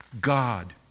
God